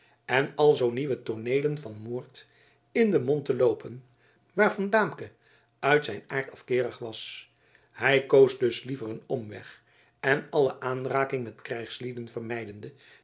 en alzoo nieuwe tooneelen van moord in den mond te loopen waarvan daamke uit zijn aard afkeerig was hij koos dus liever een omweg en alle aanraking met krijgslieden vermijdende